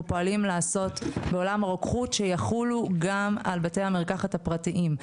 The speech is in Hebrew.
פועלים לעשות בעולם הרוקחות שיחולו גם על בתי המרקחת הפרטיים.